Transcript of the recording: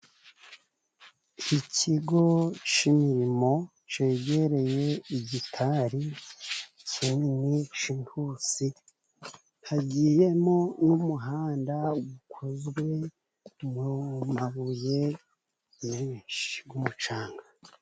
Ikigo cy'imirimo cyegereye igitari kinini cyihuse, hagiyemo n'umuhanda ukozwe mu mabuye menshi , n'umucanga.